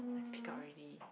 I pick up already